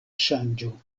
ŝanĝo